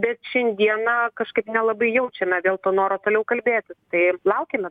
bet šiandieną kažkaip nelabai jaučiame dėl to noro toliau kalbėti tai laukiame